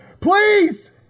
Please